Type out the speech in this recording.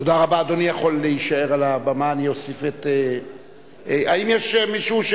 17 בעד, אין מתנגדים,